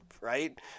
right